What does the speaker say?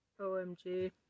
OMG